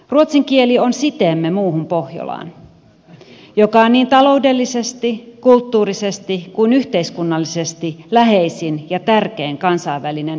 ruotsin kieli on siteemme muuhun pohjolaan joka on niin taloudellisesti kulttuurisesti kuin yhteiskunnallisestikin läheisin ja tärkein kansainvälinen yhteisömme